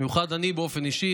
במיוחד אני באופן אישי,